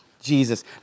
Jesus